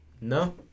No